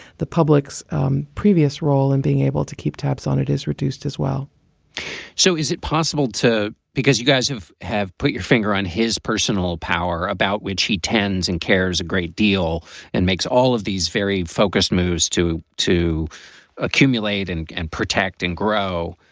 the public's previous role in being able to keep tabs on it is reduced as well so is it possible to because you guys have have put your finger on his personal power about which he tends and cares a great deal and makes all of these very focused moves to to accumulate and and protect and grow.